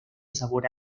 sabor